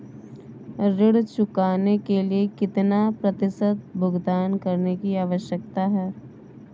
ऋण चुकाने के लिए कितना प्रतिशत भुगतान करने की आवश्यकता है?